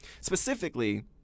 Specifically